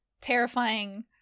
Terrifying